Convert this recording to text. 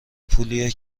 پولیه